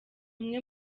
umwe